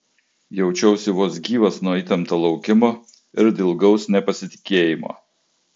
jaučiausi vos gyvas nuo įtempto laukimo ir dilgaus nepasitikėjimo